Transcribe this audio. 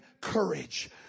courage